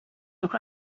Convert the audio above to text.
noch